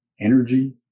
energy